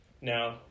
now